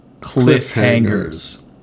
cliffhangers